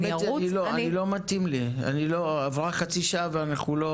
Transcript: זה לא מתאים לי, עברה חצי שעה ואנחנו לא